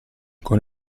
con